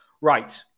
Right